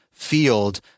field